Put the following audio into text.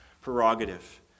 prerogative